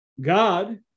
God